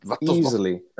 easily